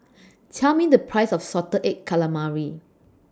Tell Me The Price of Salted Egg Calamari